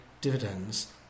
dividends